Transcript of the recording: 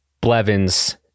Blevins